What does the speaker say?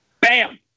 Bam